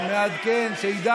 לא מתאים לך.